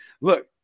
look